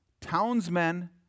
Townsmen